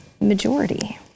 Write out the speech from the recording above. majority